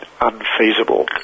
unfeasible